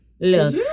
Look